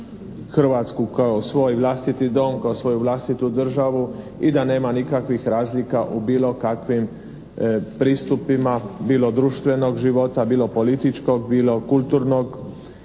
Hrvatsku kao svoj vlastiti dom, kao svoju vlastitu državu i da nema nikakvih razlika u bilo kakvim pristupima, bilo društvenog života, bilo političkog, bilo kulturnog